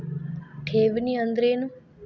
ಠೇವಣಿ ಅಂದ್ರೇನು?